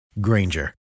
Granger